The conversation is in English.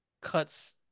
cuts